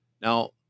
Now